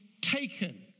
taken